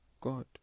God